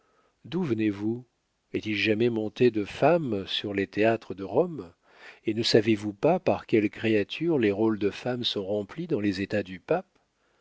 d'où venez-vous est-il jamais monté de femmes sur les théâtres de rome et ne savez-vous pas par quelles créatures les rôles de femme sont remplis dans les états du pape